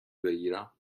بگیرم